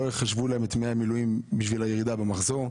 יחשבו להם את ימי המילואים בשביל הירידה במחזור,